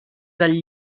del